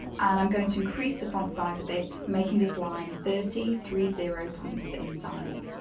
and i'm going to increase the font size a bit, making this line thirty three zero points in size.